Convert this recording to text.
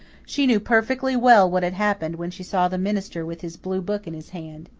she knew perfectly well what had happened when she saw the minister with his blue book in his hand.